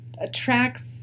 attracts